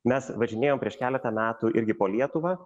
mes važinėjom prieš keletą metų irgi po lietuvą